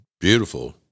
beautiful